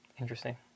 Interesting